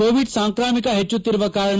Covid ಸಾಂಕ್ರಾಮಿಕ ಹೆಚ್ಚುತ್ತಿರುವ ಕಾರಣ